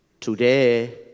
Today